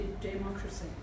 democracy